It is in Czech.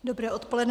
Dobré odpoledne.